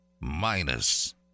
minus